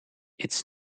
its